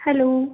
hello